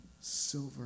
Silver